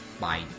Bye